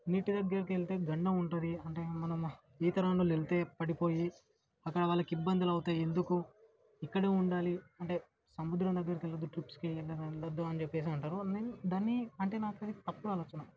నీటి దగ్గరికి వెళ్తే గండం ఉంటుంది అంటే మనము ఈత రానోళ్ళు వెళ్తే పడిపోయి అక్కడ వాళ్ళకిబ్బందులవుతాయి ఎందుకు ఇక్కడే ఉండాలి అంటే సముద్రం దగ్గరికెళ్ళదు ట్రిప్స్కెటన్న వెళ్ళద్దు అని చెప్పేసి అంటారు వాల్ని దాన్ని అంటే నాకది తప్పుడాలోచన